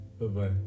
Bye-bye